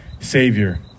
savior